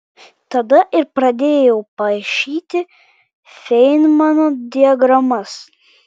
tada ir pradėjau paišyti feinmano diagramas